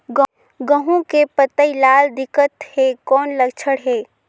गहूं के पतई लाल दिखत हे कौन लक्षण हे?